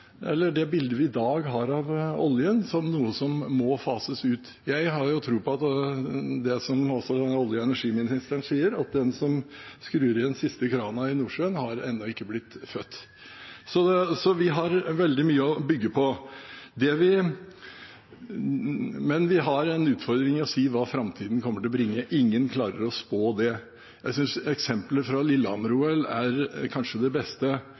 oljen som noe som må fases ut. Jeg tror det er slik som olje- og energiministeren sier, at den som skrur igjen den siste krana i Nordsjøen, har ennå ikke blitt født. Så vi har veldig mye å bygge på. Men vi har en utfordring i å si hva framtida kommer til å bringe, ingen klarer å spå det. Jeg synes eksemplet fra Lillehammer-OL er kanskje det beste.